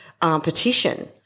petition